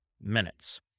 minutes